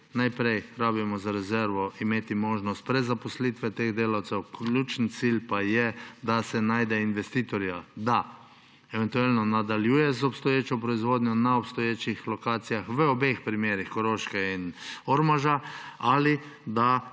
Najprej rabimo za rezervo imeti možnost prezaposlitve teh delavcev. Ključni cilj pa je, da se najde investitorja, da eventualno nadaljuje z obstoječo proizvodnjo na obstoječih lokacijah v obeh primerih, Koroške in Ormoža, ali da dobimo investitorja,